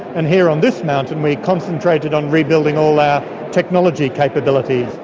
and here on this mountain we concentrated on rebuilding all our technology capabilities.